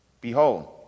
Behold